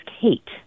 kate